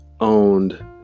owned